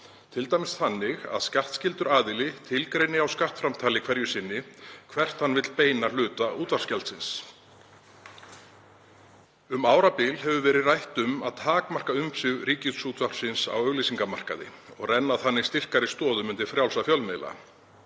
t.d. þannig að skattskyldur aðili tilgreini á skattframtali hverju sinni hvert hann vill beina hluta útvarpsgjaldsins. Um árabil hefur verið rætt um að takmarka umsvif Ríkisútvarpsins á auglýsingamarkaði og renna þannig styrkari stoðum undir frjálsa fjölmiðla.